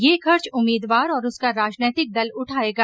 यह खर्च उम्मीदवार और उसका राजनीतिक दल उठायेगा